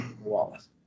Wallace